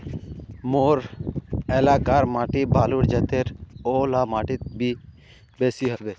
मोर एलाकार माटी बालू जतेर ओ ला माटित की बेसी हबे?